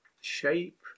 shape